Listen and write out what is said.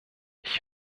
ich